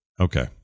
Okay